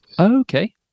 okay